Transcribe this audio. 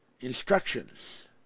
instructions